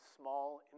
small